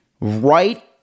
Right